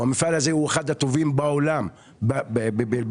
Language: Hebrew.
והוא אחד הטובים בעולם בלהבים.